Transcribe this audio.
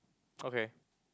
okay